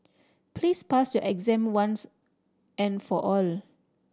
please pass your exam once and for all